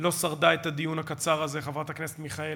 לא שרדה את הדיון הקצר הזה, חברת הכנסת מיכאלי.